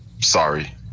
Sorry